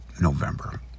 november